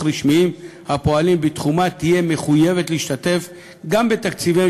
רשמיים הפועלים בתחומה תהיה מחויבת להשתתף גם בתקציביהם